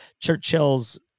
Churchill's